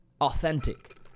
authentic